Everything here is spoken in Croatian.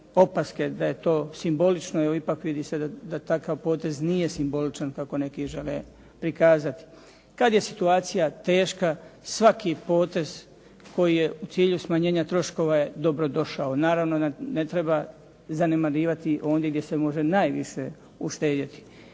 da je to simbolično jer ipak vidi se da takav potez nije simboličan kako neki žele prikazati. Kad je situacija teška, svaki potez koji je u cilju smanjenja troškova je dobrodošao. Naravno, ne treba zanemarivati ondje gdje se može najviše uštedjeti